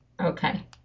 Okay